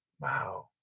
Wow